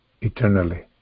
eternally